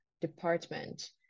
department